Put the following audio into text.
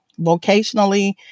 vocationally